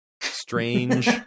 strange